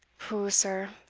pooh, sir,